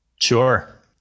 Sure